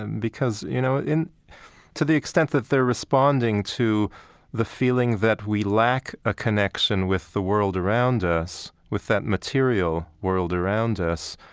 and because, you know, to the extent that they're responding to the feeling that we lack a connection with the world around us, with that material world around us,